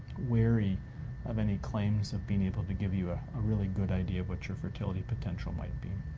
wary of any claims of being able to give you a ah really good idea of what your fertility potential might be.